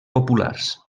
populars